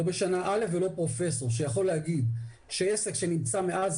לא בשנה א' ולא פרופסור שעסק שנמצא מאז